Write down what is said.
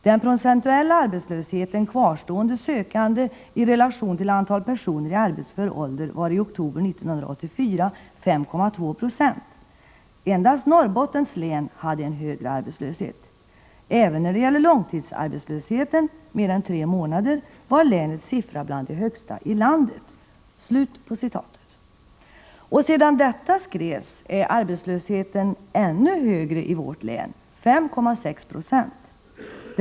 Den procentuella arbetslösheten, kvarstående sökande i relation till antal personer i arbetsför ålder, var i oktober 1984 5,2 26. Endast Norrbottens län hade en högre arbetslöshet. Även när det gäller långtidsarbetslösheten, mer än tre månader, var länets siffra bland de högsta i landet.” Sedan detta skrevs har arbetslösheten blivit ännu högre i vårt län, 5,6 96.